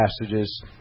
passages